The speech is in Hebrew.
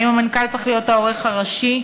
האם המנכ"ל צריך להיות העורך הראשי,